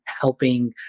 helping